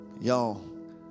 Y'all